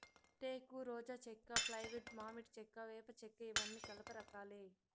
టేకు, రోజా చెక్క, ఫ్లైవుడ్, మామిడి చెక్క, వేప చెక్కఇవన్నీ కలప రకాలే